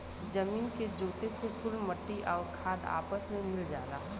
जमीन के जोते से कुल मट्टी आउर खाद आपस मे मिल जाला